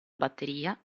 batteria